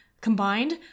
combined